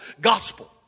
gospel